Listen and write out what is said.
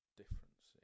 difference